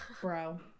bro